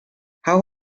how